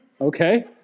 Okay